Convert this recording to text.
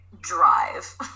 drive